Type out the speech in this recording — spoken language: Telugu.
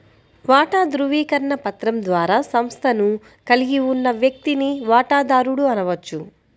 వాటా ధృవీకరణ పత్రం ద్వారా సంస్థను కలిగి ఉన్న వ్యక్తిని వాటాదారుడు అనవచ్చు